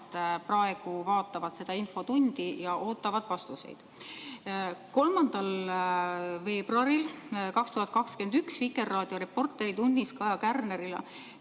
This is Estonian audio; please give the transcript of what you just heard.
praegu vaatavad seda infotundi ja ootavad vastuseid. 3. veebruaril 2021 Vikerraadio "Reporteritunnis" Kaja Kärnerile